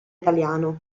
italiano